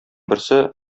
берсе